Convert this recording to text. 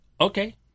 Okay